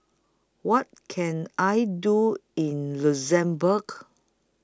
What Can I Do in Luxembourg